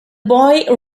boy